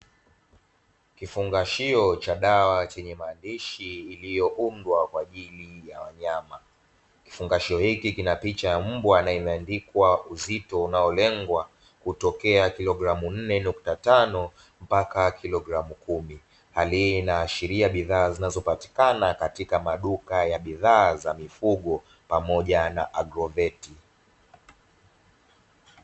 Kifungashio cha dawa chenye maandishi, iliyoundwa kwa ajili ya wanyama. Kifungashio hiki kina picha ya mbwa na imeandikwa uzito unaolenga, kutokea kilogramu nne nukta tano mpaka kilogramu kumi. Hali hii inaashiria bidhaa zinazopatikana katika maduka ya bidhaa za mifugo pamoja na "agrovert".